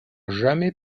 jamais